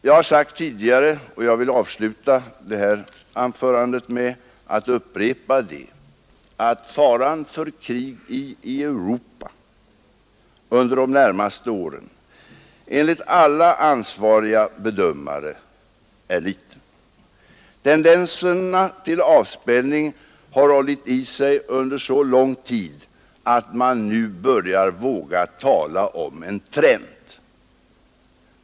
Jag har sagt tidigare och jag vill avsluta detta anförande med att upprepa att faran för krig i Europa under de närmaste åren enligt alla ansvariga bedömare är liten. Tendenserna till avspänning har hållit i sig under så lång tid, att man nu börjar våga tala om en trend.